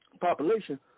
population